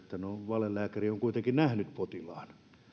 valelääkäri on kuitenkin nähnyt potilaan että me